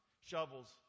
shovels